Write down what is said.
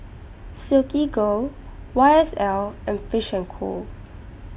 Silkygirl Y S L and Fish and Co